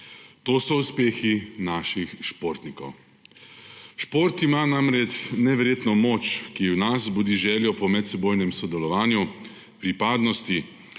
To so uspehi naših športnikov. Šport ima namreč neverjetno moč, ki v nas vzbudi željo po medsebojnem sodelovanju, pripadnosti,